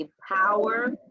power